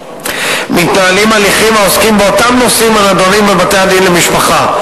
מתנהלים הליכים העוסקים באותם נושאים הנדונים בבתי-המשפט למשפחה,